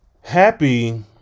Happy